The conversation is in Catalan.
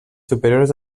superiors